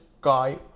guy